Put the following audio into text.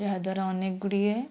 ଏହାଦ୍ୱାରା ଅନେକ ଗୁଡ଼ିଏ